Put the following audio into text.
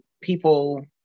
people